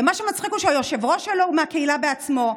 ומה שמצחיק הוא שהיושב-ראש שלו הוא מהקהילה בעצמו,